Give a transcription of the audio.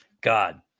god